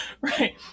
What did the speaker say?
right